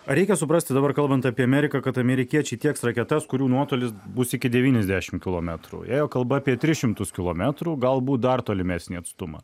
reikia suprasti dabar kalbant apie ameriką kad amerikiečiai tieks raketas kurių nuotolis bus iki devyniasdešimt kilometrų ėjo kalba apie tris šimtus kilometrų galbūt dar tolimesnį atstumą